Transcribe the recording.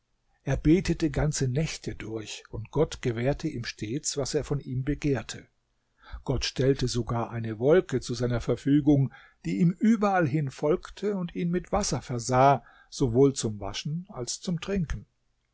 er betete ganze nächte durch und gott gewährte ihm stets was er von ihm begehrte gott stellte sogar eine wolke zu seiner verfügung die ihm überall hin folgte und ihn mit wasser versah sowohl zum waschen als zum trinken